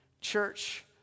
church